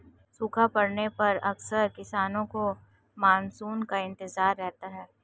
सूखा पड़ने पर अक्सर किसानों को मानसून का इंतजार रहता है